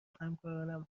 همکارانم